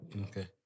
Okay